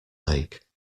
lake